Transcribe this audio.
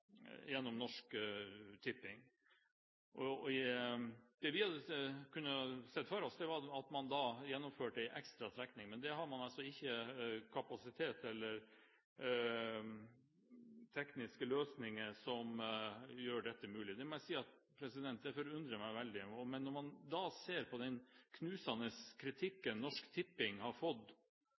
man gjennomførte en ekstra trekning, men man har altså ikke kapasitet eller tekniske løsninger som gjør det mulig. Det må jeg si forundrer meg veldig. Men når man ser på den knusende kritikken Norsk Tipping har fått